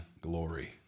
glory